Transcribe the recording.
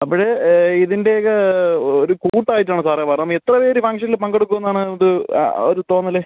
അപ്പഴ് ഇതിൻ്റെയൊക്കെ ഒരു കൂട്ടായിട്ടാണ് സാറേ വരണത് എത്ര പേര് ഫംഗ്ഷനിൽ പങ്കെടുക്കൂമെന്നാണ് ഇത് ഒരു തോന്നൽ